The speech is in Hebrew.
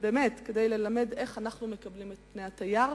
כדי ללמד איך אנחנו מקבלים את פני התייר.